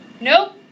Nope